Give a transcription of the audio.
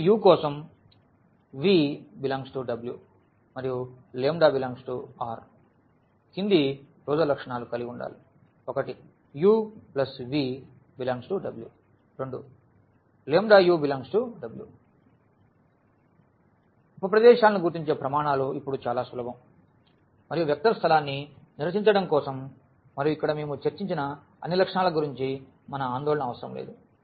ప్రతి u కోసం v∈W మరియు ∈R కింది క్లోజర్ లక్షణాలు కలిగి ఉండాలి u v∈W u∈W ఉప ప్రదేశాలను గుర్తించే ప్రమాణాలు ఇప్పుడు చాలా సులభం మరియు వెక్టర్ స్థలాన్ని నిర్వచించడం కోసం మరియు ఇక్కడ మేము చర్చించిన అన్ని లక్షణాల గురించి మన ఆందోళన అవసరం లేదు